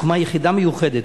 הוקמה יחידה מיוחדת,